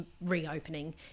reopening